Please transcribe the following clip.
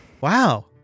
Wow